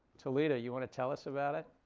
thalita, you want to tell us about it?